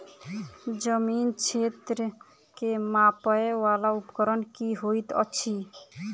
जमीन क्षेत्र केँ मापय वला उपकरण की होइत अछि?